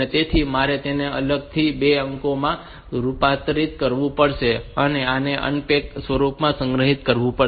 તેથી મારે તેને અલગથી 2 અંકોમાં રૂપાંતરિત કરવું પડશે અને તેને અનપેક્ડ સ્વરૂપમાં સંગ્રહિત કરવું પડશે